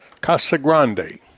Casagrande